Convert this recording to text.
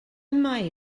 mae